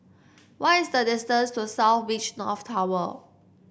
what is the distance to South Beach North Tower